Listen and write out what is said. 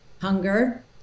hunger